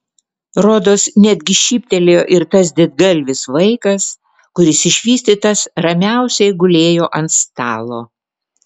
rodos netgi šyptelėjo ir tas didgalvis vaikas kuris išvystytas ramiausiai gulėjo ant stalo